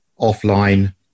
offline